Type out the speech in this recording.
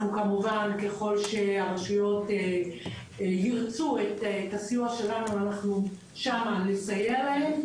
ככל שהרשויות ירצו את הסיוע שלנו אנחנו נסייע להן.